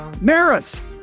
Maris